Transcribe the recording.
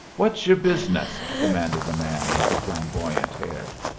what's your business? demanded the man with the flamboyant hair.